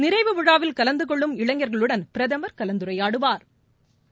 நிறைவு விழாவில் கலந்து கொள்ளும் இளைஞா்களுடன் பிரதமா் கலந்துரையாடுவா்